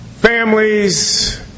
Families